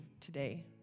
today